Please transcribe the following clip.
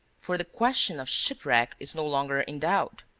for the question of shipwreck is no longer in doubt.